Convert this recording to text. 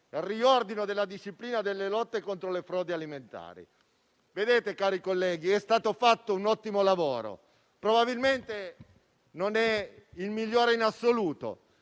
riordinare la disciplina delle lotte contro le frodi alimentari. Onorevoli colleghi, è stato fatto un ottimo lavoro; probabilmente non è il migliore in assoluto,